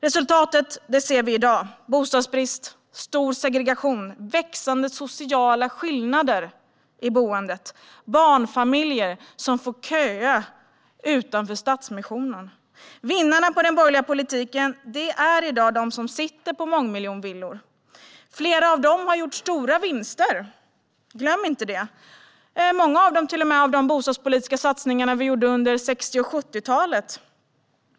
Resultatet ser vi i dag: bostadsbrist, stor segregation, växande sociala skillnader i boendet och barnfamiljer som får köa utanför Stadsmissionen. Vinnarna på den borgerliga politiken är i dag de som sitter i mångmiljonvillor. Flera av dem har gjort stora vinster - glöm inte det - många till och med på de bostadspolitiska satsningar vi gjorde under 60 och 70-talen.